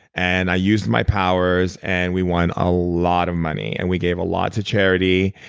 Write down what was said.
and i used my powers and we won a lot of money. and we gave a lot to charity.